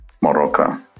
Morocco